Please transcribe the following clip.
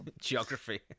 Geography